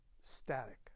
static